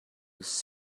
was